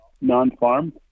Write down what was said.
non-farm